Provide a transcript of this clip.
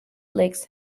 legs